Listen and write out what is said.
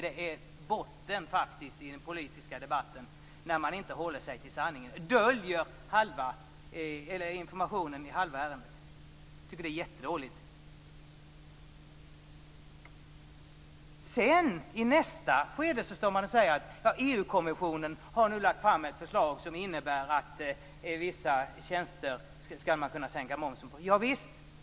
Det är botten att i den politiska debatten inte hålla sig till sanningen, dvs. döljer hälften av informationen i ärendet. Det är jättedåligt. I nästa skede säger man att EU-kommissionen har lagt fram ett förslag som innebär att sänka momsen på vissa tjänster. Visst!